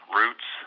roots